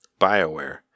BioWare